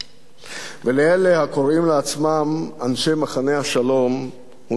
ולאלה הקוראים לעצמם אנשי מחנה השלום הוא נהג לומר: